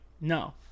no